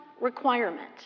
requirement